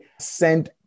send